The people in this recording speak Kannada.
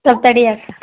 ಸೊಲ್ಪ ತಡಿ ಅಕ್ಕ